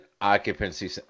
occupancy